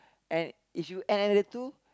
and if you added two